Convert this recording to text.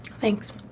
thanks.